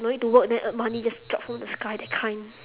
don't need to work then money just drop from the sky that kind